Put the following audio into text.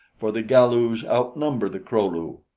for the galus outnumber the kro-lu.